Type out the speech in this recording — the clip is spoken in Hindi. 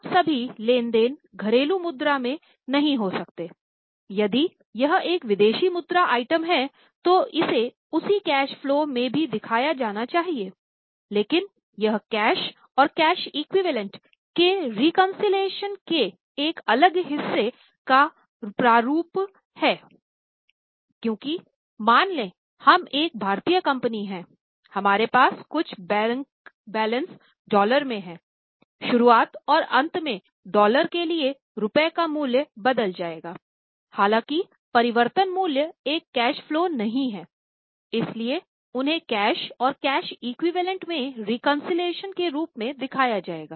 अब सभी लेन देन घरेलू मुद्रा में नहीं हो सकते हैं यदि यह एक विदेशी मुद्रा आइटम है तो इसे उसी कैश फलो में भी दिखाया जाना चाहिएलेकिन यह कैश और कैश एक्विवैलेन्ट के रूप में दिखाया जाएगा